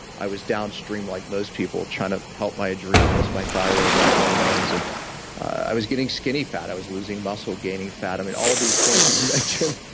i was downstream like most people, trying to help my adrenals, my thyroid, my hormones. and i was getting skinny fat. i was losing muscle, gaining fat. and all these things that you mentioned,